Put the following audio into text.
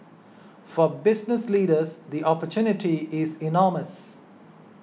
for business leaders the opportunity is enormous